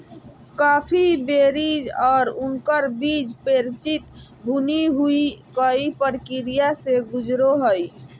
coffee berries और उनकर बीज परिचित भुनी हुई कई प्रक्रिया से गुजरो हइ